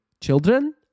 children